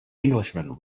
englishman